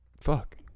Fuck